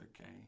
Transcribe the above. okay